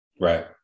Right